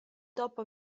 dopo